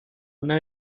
una